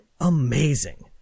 amazing